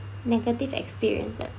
negative experiences